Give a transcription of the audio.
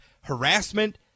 harassment